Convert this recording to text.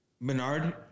Bernard